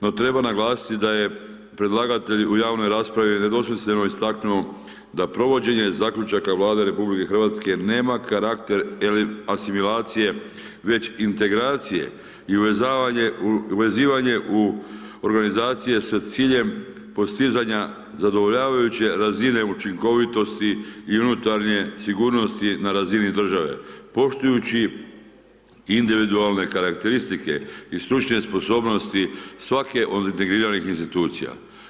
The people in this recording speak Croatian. No, treba naglasiti da je predlagatelj u javnoj raspravi nedvosmisleno istaknuo da provođenje zaključaka Vlade Republike Hrvatske nema karakter asimilacije već integracije, i uvezivanje u organizacije sa ciljem postizanja zadovoljavajuće razine učinkovitosti i unutarnje sigurnosti na razini države, poštujući individualne karakteristike i stručne sposobnosti svake od integriranih institucija.